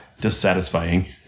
dissatisfying